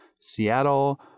Seattle